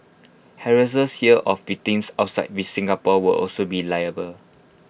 harassers here of victims outside we Singapore will also be liable